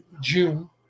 June